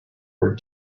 were